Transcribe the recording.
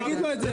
תגיד לו את זה.